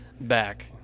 back